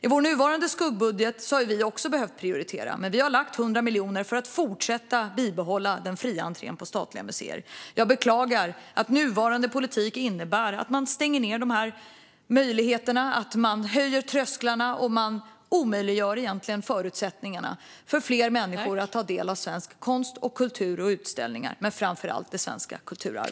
I vår nuvarande skuggbudget har vi också behövt prioritera, men vi har lagt 100 miljoner på att behålla fri entré på statliga museer. Jag beklagar att nuvarande politik innebär att man stänger ned denna möjlighet, höjer trösklarna och omöjliggör för fler människor att ta del av svensk konst och kultur och framför allt det svenska kulturarvet.